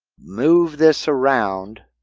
move this around.